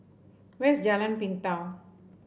where is Jalan Pintau